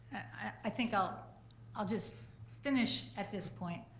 i think i'll i'll just finish at this point,